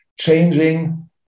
changing